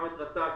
גם את רת”ג,